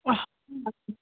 অঁ